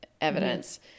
evidence